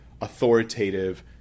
authoritative